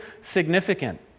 significant